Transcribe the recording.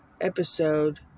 episode